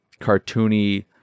cartoony